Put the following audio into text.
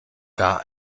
gar